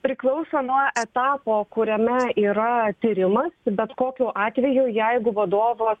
priklauso nuo etapo kuriame yra tyrimas bet kokiu atveju jeigu vadovas